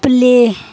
play